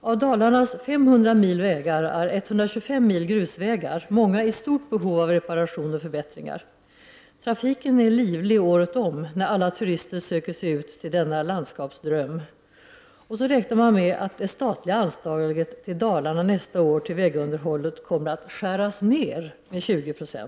Av Dalarnas 500 mil vägar är 125 mil grusvägar, många i stort behov av reparation och förbättringar. Trafiken är livlig året om när alla turister söker sig ut till denna landskapsdröm. Då räknar man med att det statliga anslaget till Dalarna nästa år till vägunderhållet kommer att skäras ned med 20 90.